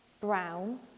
brown